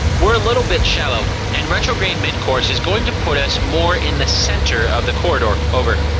we're a little bit shallow, and retrograde midcourse is going to put us more in the center of the corridor. over.